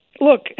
look